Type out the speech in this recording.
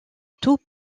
tout